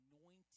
anointed